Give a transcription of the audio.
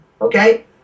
Okay